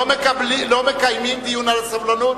לא מקיימים דיון על הסובלנות.